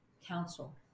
Council